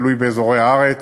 תלוי באזורי הארץ,